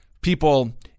people